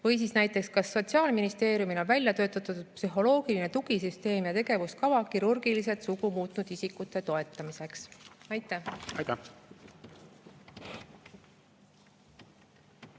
edaspidises elus? Kas Sotsiaalministeeriumil on välja töötatud psühholoogiline tugisüsteem ja tegevuskava kirurgiliselt sugu muutnud isikute toetamiseks? Aitäh!